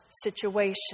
situation